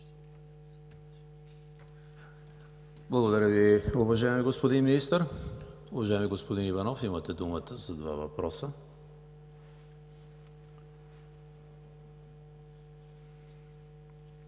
Благодаря Ви, уважаеми господин Министър. Уважаеми господин Иванов, имате думата за два въпроса.